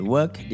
Work